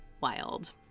Wild